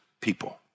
people